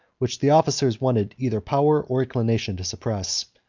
which the officers wanted either power or inclination to suppress.